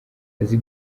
azi